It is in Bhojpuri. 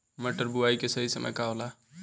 मटर बुआई के सही समय का होला?